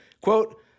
quote